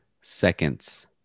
seconds